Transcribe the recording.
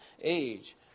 age